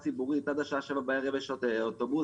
עד השעה שבע בערב יש עוד אוטובוסים,